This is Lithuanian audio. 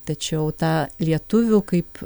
tačiau ta lietuvių kaip